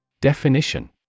Definition